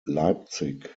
leipzig